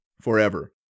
forever